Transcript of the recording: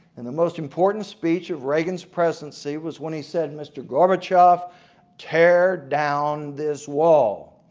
and the most important speech of reagan's presidency was when he said mr. gorbachev tear down this wall.